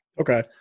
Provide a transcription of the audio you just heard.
Okay